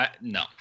No